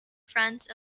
front